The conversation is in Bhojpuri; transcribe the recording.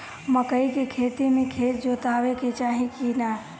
मकई के खेती मे खेत जोतावे के चाही किना?